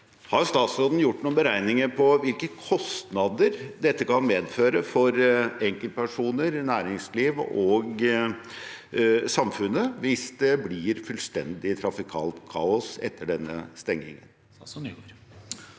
Har statsråden gjort noen beregninger av hvilke kostnader det kan medføre for enkeltpersoner, næringsliv og samfunnet hvis det blir fullstendig trafikalt kaos etter denne stengingen?